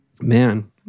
man